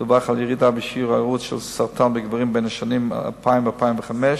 דווח על ירידה בשיעור ההיארעות של סרטן אצל גברים בשנים 2000 2005,